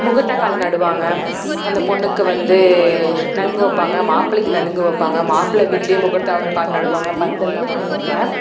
முகூர்த்தக்கால் நடுவாங்க அந்தப் பொண்ணுக்கு வந்து நலங்கு வைப்பாங்க மாப்பிள்ளைக்கு நலங்கு வைப்பாங்க மாப்பிள்ள வீட்லையும் முகூர்த்தக்கால் நடுவாங்க பந்தல் எல்லாம் போடுவாங்க